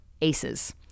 ACEs